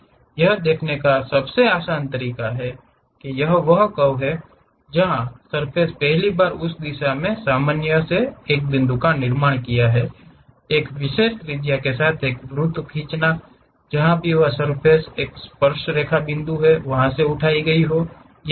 यह देखने का सबसे आसान तरीका है यह वह कर्व या सर्फ़ेस है जो हमने पहली बार उस दिशा में सामान्य से एक बिंदु का निर्माण किया है एक विशेष त्रिज्या के साथ एक वृत्त खींचना जहां भी वह सर्फ़ेस एक स्पर्शरेखा बिंदु है उसे उठाएं